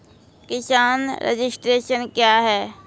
किसान रजिस्ट्रेशन क्या हैं?